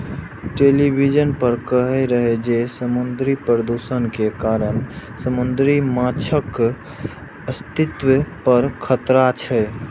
television पर कहै रहै जे समुद्री प्रदूषण के कारण समुद्री माछक अस्तित्व पर खतरा छै